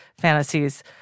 fantasies